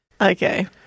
Okay